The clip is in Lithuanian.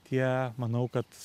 tie manau kad